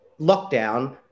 lockdown